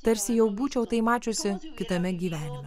tarsi jau būčiau tai mačiusi kitame gyvenime